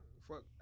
Fuck